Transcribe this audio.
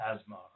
asthma